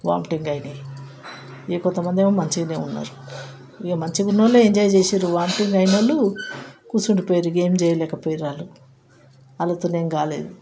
vomiting అయినాయి ఇక కొంతమంది ఏమో మంచిగా ఉన్నారు ఇక మంచిగా ఉన్నవాళ్ళు ఎంజాయ్ చేసిండ్రు వామిటింగ్ అయిన వాళ్ళు కూర్చుండి పోయిండ్రు ఏమి చేయలేక పోయిండ్రు వాళ్ళు వాళ్ళతో ఏం కాలేదు